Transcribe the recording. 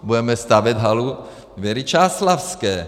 Budeme stavět halu Věry Čáslavské.